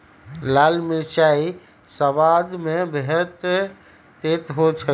ललका मिरचाइ सबाद में बहुते तित होइ छइ